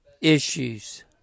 issues